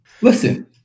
Listen